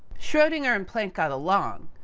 schrodinger and planck got along.